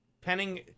Penning